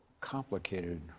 complicated